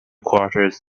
quarters